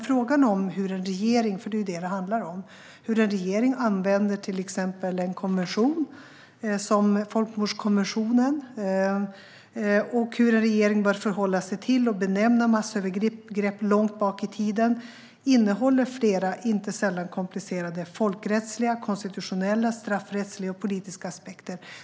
Frågan om hur en regering tillämpar en konvention - folkmordskonventionen - och hur en regering bör förhålla sig till och benämna massövergrepp som skett långt bak i tiden innehåller flera, inte sällan komplicerade, folkrättsliga, konstitutionella, straffrättsliga och politiska aspekter.